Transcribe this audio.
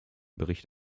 bericht